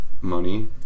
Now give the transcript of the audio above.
money